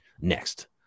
next